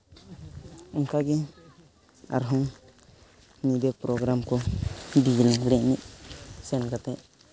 ᱚᱱᱠᱟᱜᱮ ᱟᱨ ᱦᱚᱸ ᱧᱤᱫᱟᱹ ᱯᱨᱳᱜᱨᱟᱢ ᱠᱚ ᱰᱮᱡᱮ ᱞᱟᱜᱽᱲᱮ ᱮᱱᱮᱡ ᱥᱮᱱ ᱠᱟᱛᱮ